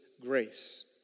grace